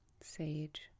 Sage